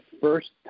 first